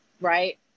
right